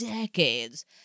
decades